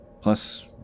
plus